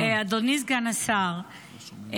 --- אדוני סגן השר,